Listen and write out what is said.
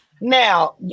Now